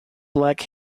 black